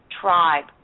Tribe